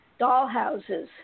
dollhouses